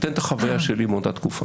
אני אתן את החוויה שלי מאותה תקופה.